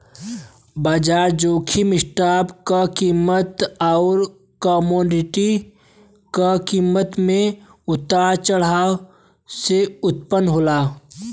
बाजार जोखिम स्टॉक क कीमत आउर कमोडिटी क कीमत में उतार चढ़ाव से उत्पन्न होला